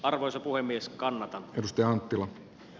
arvoisa puhemies kannata kirsti anttila